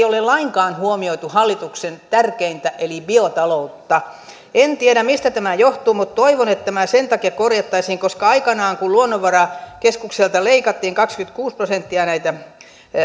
ole lainkaan huomioitu hallituksen tärkeintä eli biotaloutta en tiedä mistä tämä johtuu mutta toivon että tämä sen takia korjattaisiin koska aikanaan kun luonnonvarakeskukselta leikattiin kaksikymmentäkuusi prosenttia näitä